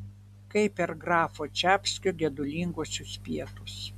kaip per grafo čapskio gedulinguosius pietus